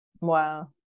Wow